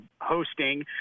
hosting